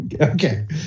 Okay